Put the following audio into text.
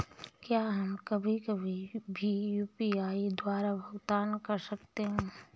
क्या हम कभी कभी भी यू.पी.आई द्वारा भुगतान कर सकते हैं?